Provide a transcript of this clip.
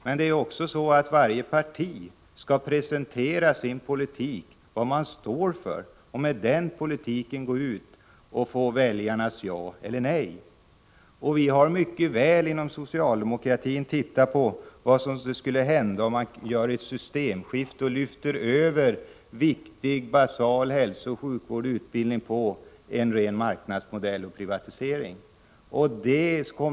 Men det är också så att varje parti skall presentera sin politik och tala om vad man står för, gå ut med den politiken och få väljarnas ja eller nej. I de allmänna valen har människorna den stora valfriheten. Vi har mycket noga inom socialdemokratin funderat över vad som skulle hända, om man genomförde ett systemskifte och lyfte över hälsooch sjukvård, viktig omsorg m.m. på en ren marknadsmodell och privatiserade offentlig verksamhet.